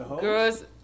girls